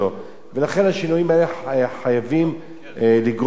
לכן השינויים האלה חייבים לגרום להקלה,